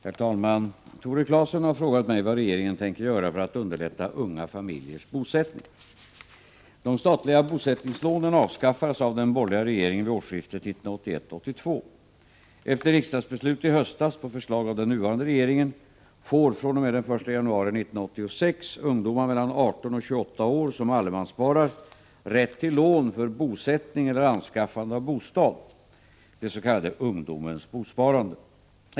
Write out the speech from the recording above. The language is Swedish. Herr talman! Tore Claeson har frågat mig vad regeringen tänker göra för att underlätta unga familjers bosättning. De statliga bosättningslånen avskaffades av den borgerliga regeringen vid årsskiftet 1981-1982. Efter riksdagsbeslut i höstas på förslag av den nuvarande regeringen får, fr.o.m. den 1 januari 1986, ungdomar mellan 18 och 28 år som allemanssparar rätt till lån för bosättning eller anskaffande av bostad — dets.k. ungdomens bosparande.